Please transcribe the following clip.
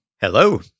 Hello